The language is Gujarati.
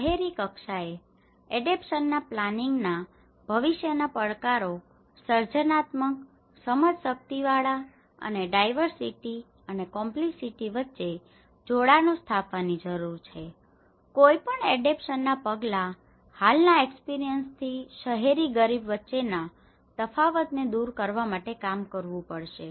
શહેરી કક્ષાએ એડેપ્ટેશનના પ્લાનિંગ ના ભવિષ્ય ના પડકારો સર્જનાત્મક સમજશક્તિ વાળા અને ડાઇવર્સીટી અને કોમ્પ્લેક્સિટી વચ્ચે જોડાણો સ્થાપવા ની જરૂર છે કોઈ પણ એડેપ્ટેશન ના પગલાં હાલ ના એક્સપિરિયન્સ થી શહેરી ગરીબ વચ્ચેના તફાવત ને દૂર કરવા માટે કામ કરવું પડશે